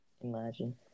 Imagine